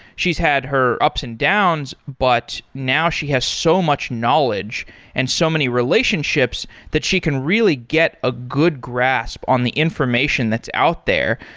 she's had her ups and downs, but now she has so much knowledge and so many relationships that she can really get a good grasp on the information that's out there,